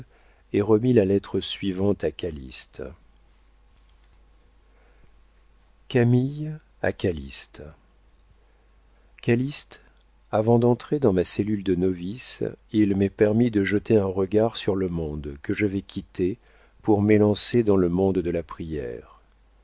et remit la lettre suivante à calyste camille a calyste calyste avant d'entrer dans ma cellule de novice il m'est permis de jeter un regard sur le monde que je vais quitter pour m'élancer dans le monde de la prière